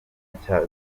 nshya